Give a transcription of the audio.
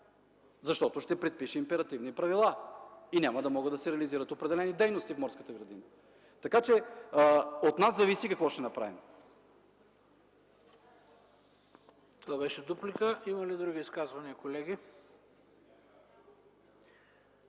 защото ще предпише императивни правила и няма да могат да се реализират определени дейности в Морската градина. Така че от нас зависи какво ще направим. ПРЕДСЕДАТЕЛ ХРИСТО БИСЕРОВ: Има ли други изказвания, колеги?